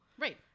Right